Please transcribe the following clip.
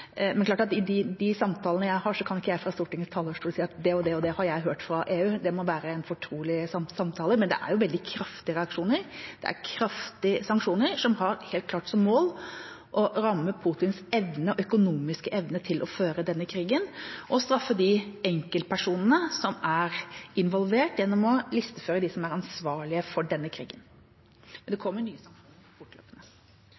Men når det gjelder de samtalene jeg har, kan ikke jeg fra Stortingets talerstol si at jeg har hørt det og det og det fra EU. Det må være fortrolige samtaler. Men det er veldig kraftige reaksjoner og kraftige sanksjoner som helt klart har som mål å ramme Putins økonomiske evne til å føre denne krigen og straffe de enkeltpersonene som er involvert, gjennom å listeføre de som er ansvarlige for denne krigen. Det